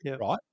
right